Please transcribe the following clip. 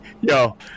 Yo